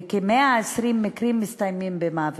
וכ-120 מקרים מסתיימים במוות.